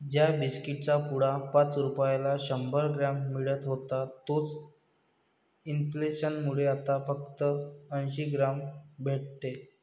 ज्या बिस्कीट चा पुडा पाच रुपयाला शंभर ग्राम मिळत होता तोच इंफ्लेसन मुळे आता फक्त अंसी ग्राम भेटते